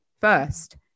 first